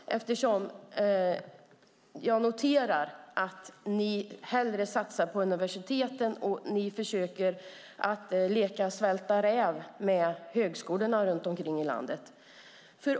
Jag noterar att ni hellre satsar på universiteten och försöker leka svälta räv med högskolorna runt omkring i landet.